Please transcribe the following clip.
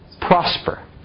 prosper